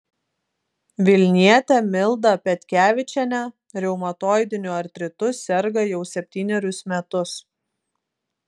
vilnietė milda petkevičienė reumatoidiniu artritu serga jau septynerius metus